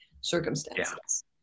circumstances